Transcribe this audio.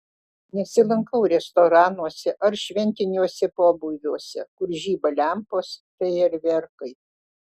nesilankau restoranuose ar šventiniuose pobūviuose kur žiba lempos fejerverkai